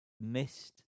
missed